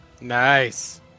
Nice